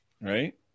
right